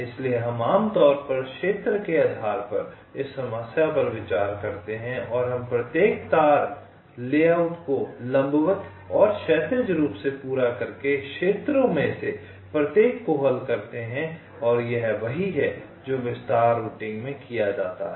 इसलिए हम आमतौर पर क्षेत्र के आधार पर इस समस्या पर विचार करते हैं और हम प्रत्येक तार लेआउट को लंबवत और क्षैतिज रूप से पूरा करके क्षेत्रों में से प्रत्येक को हल करते हैं और यह वही है जो विस्तार रूटिंग में किया जाता है